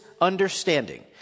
understanding